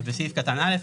בסעיף קטן (א),